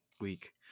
week